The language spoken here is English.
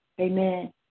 amen